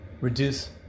reduce